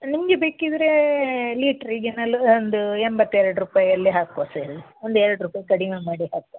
ನಿಮಗೆ ಬೇಕಿದ್ರೇ ಲೀಟ್ರಿಗೆ ನಲ್ವತ್ತು ಒಂದು ಎಂಬತ್ತೆರಡು ರೂಪಾಯಿಯಲ್ಲಿ ಹಾಕುವ ಸರ್ ಒಂದು ಎರಡು ರೂಪಾಯಿ ಕಡಿಮೆ ಮಾಡಿ ಹಾಕುವ